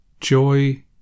Joy